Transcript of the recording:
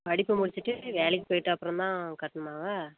படிப்பு முடிச்சுட்டு வேலைக்கு போய்ட்டப்புறந்தான் கட்டணுமாங்க